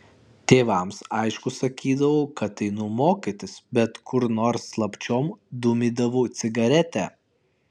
tėvams aišku sakydavau kad einu mokytis bet kur nors slapčiom dūmydavau cigaretę